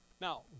Now